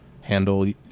handle